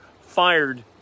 fired